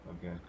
Okay